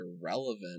irrelevant